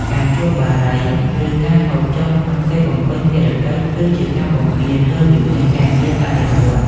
ការជក់បារី ឬការហូបចុកក្នុងពេលបំពេញភារកិច្ច គឺជាការបំពានលើវិន័យការងារបដិវត្តន៍។